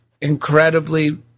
incredibly